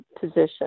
position